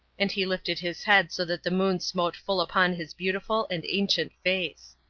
and he lifted his head so that the moon smote full upon his beautiful and ancient face.